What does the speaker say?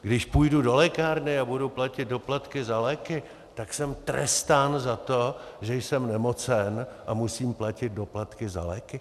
Když půjdu do lékárny a budu platit doplatky za léky, tak jsem trestán za to, že jsem nemocen a musím platit doplatky za léky?